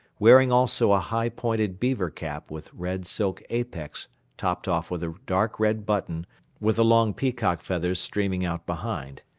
wearing also a high pointed beaver cap with red silk apex topped off with a dark red button with the long peacock feathers streaming out behind.